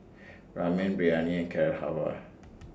Ramen Biryani and Carrot Halwa